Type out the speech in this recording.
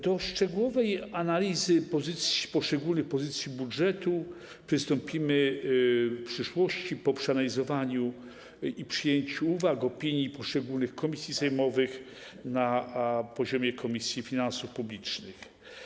Do szczegółowej analizy poszczególnych pozycji budżetu przystąpimy w przyszłości, po przeanalizowaniu i przyjęciu uwag, opinii poszczególnych komisji sejmowych, na poziomie Komisji Finansów Publicznych.